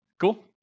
Cool